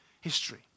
history